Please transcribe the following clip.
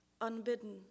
Unbidden